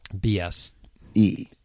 B-S-E